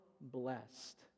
blessed